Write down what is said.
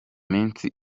minsi